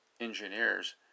engineers